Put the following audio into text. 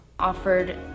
...offered